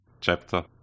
chapter